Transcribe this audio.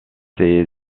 ses